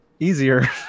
easier